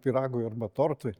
pyragui arba tortui